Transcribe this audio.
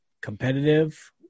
competitive